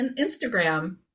Instagram